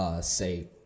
say